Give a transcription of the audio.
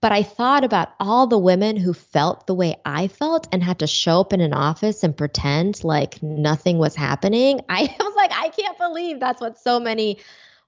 but i thought about all the women who felt the way i felt and had to show up in an office and pretend like nothing was happening. i was like, i can't believe that's what so many